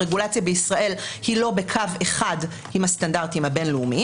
הרגולציה בישראל היא לא בקו אחד עם הסטנדרטים הבין-לאומים,